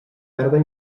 perdre